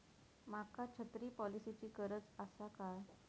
माका छत्री पॉलिसिची गरज आसा काय?